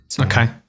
Okay